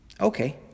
Okay